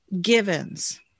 givens